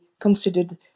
considered